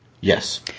Yes